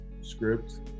script